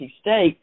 State